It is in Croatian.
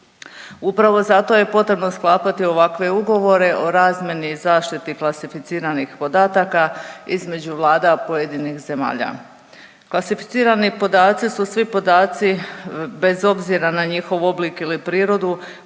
Upravo zato je potrebno sklapati ovakve ugovore o razmjeni i zaštiti klasificiranih podataka između vlada pojedinih zemalja. Klasificirani podaci su svi podaci bez obzira na njihov oblik ili prirodu